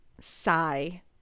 sigh